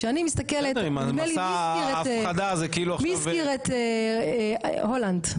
כשאני מסתכלת מי הזכיר את הולנד?